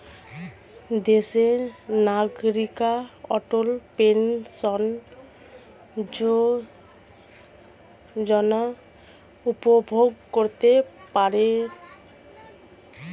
দেশের নাগরিকরা অটল পেনশন যোজনা উপভোগ করতে পারেন